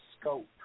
scope